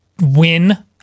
win